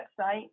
website